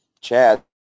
Chad